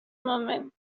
moment